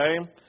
okay